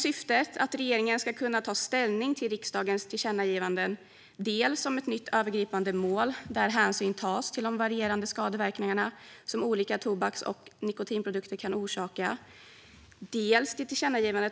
Syftet är att regeringen ska kunna ta ställning till riksdagens tillkännagivanden om dels ett nytt övergripande mål där hänsyn tas till de varierande skadeverkningar som olika tobaks och nikotinprodukter kan orsaka, dels